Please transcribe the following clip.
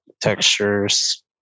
textures